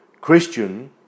Christian